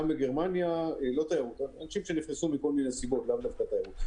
גם בגרמניה לא רק תיירות,